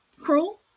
cruel